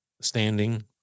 standing